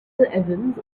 evans